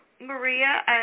Maria